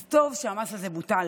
אז טוב שהמס הזה בוטל.